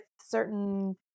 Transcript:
certain